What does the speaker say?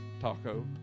Taco